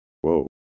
Whoa